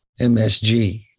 MSG